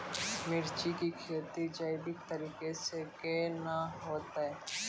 मिर्ची की खेती जैविक तरीका से के ना होते?